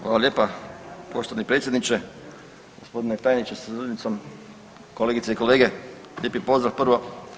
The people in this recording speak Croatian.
Hvala lijepa poštovani predsjedniče, g. tajniče sa suradnicom, kolegice i kolege, lijepi pozdrav prvo.